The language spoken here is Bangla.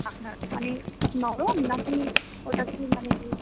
আপনার মানে নরম না কি ওটা কি মানে